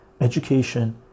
education